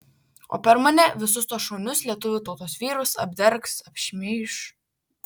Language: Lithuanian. o per mane visus tuos šaunius lietuvių tautos vyrus apdergs apšmeiš